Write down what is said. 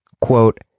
quote